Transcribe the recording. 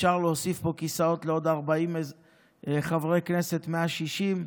אפשר להוסיף פה כיסאות לעוד 40 חברי כנסת, 160,